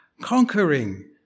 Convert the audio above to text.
conquering